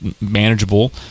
manageable